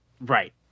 right